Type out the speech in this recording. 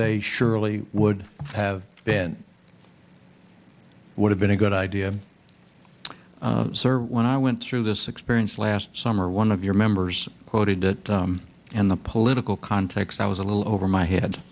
they surely would have been would have been a good idea sir when i went through this experience last summer one of your members quoted that in the political context i was a little over my